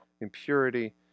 impurity